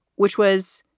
which was,